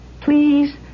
please